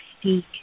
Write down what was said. speak